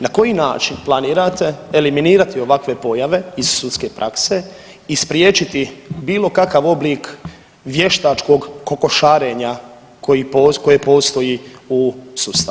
Na koji način planirate eliminirati ovakve pojave iz sudske prakse i spriječiti bilo kakav oblik vještačkog kokošarenja koje postoji u sustavu?